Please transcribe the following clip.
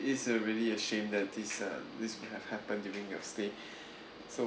it's a really a shame that this uh this have happened during your stay so